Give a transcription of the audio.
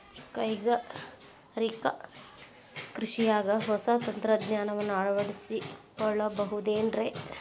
ಕೈಗಾರಿಕಾ ಕೃಷಿಯಾಗ ಹೊಸ ತಂತ್ರಜ್ಞಾನವನ್ನ ಅಳವಡಿಸಿಕೊಳ್ಳಬಹುದೇನ್ರೇ?